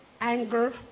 anger